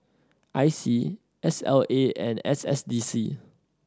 I C S L A and S S D C